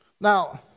Now